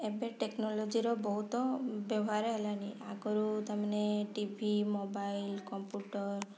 ଏବେ ଟେକ୍ନୋଲୋଜିର ବହୁତ ବ୍ୟବହାର ହେଲାଣି ଆଗରୁ ତା'ମାନେ ଟିଭି ମୋବାଇଲ୍ କମ୍ପୁଟର୍